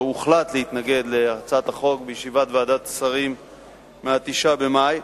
או: הוחלט להתנגד להצעת החוק בישיבת ועדת השרים ב-9 במאי.